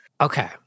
Okay